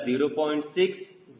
6 0